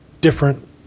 different